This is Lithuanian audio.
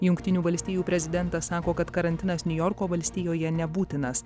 jungtinių valstijų prezidentas sako kad karantinas niujorko valstijoje nebūtinas